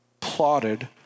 plotted